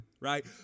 right